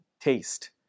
taste